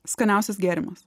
skaniausias gėrimas